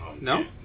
No